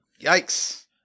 Yikes